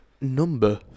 Number